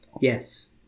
yes